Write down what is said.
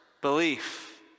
belief